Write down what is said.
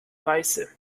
weise